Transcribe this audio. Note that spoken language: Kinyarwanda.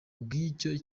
bw’icyo